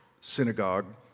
synagogue